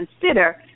consider